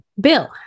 Bill